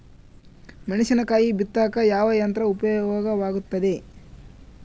ಮೆಣಸಿನಕಾಯಿ ಬಿತ್ತಾಕ ಯಾವ ಯಂತ್ರ ಉಪಯೋಗವಾಗುತ್ತೆ?